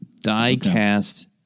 die-cast